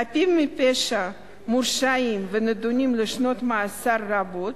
חפים מפשע מורשעים ונידונים לשנות מאסר רבות,